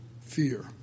fear